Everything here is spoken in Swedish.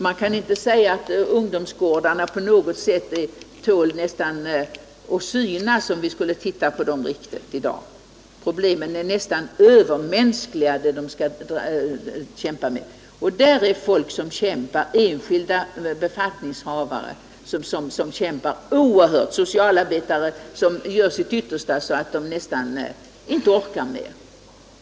Man kan inte säga att ungdomsgårdarna tål att synas, om vi skulle titta på dem riktigt i dag. De problem vi har att tas med är nästan övermänskliga. Här finns det folk som kämpar, enskilda befattningshavare som kämpar oerhört, sociala medarbetare som gör sitt yttersta, så att de inte orkar mer.